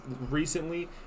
recently